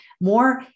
more